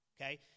okay